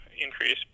increase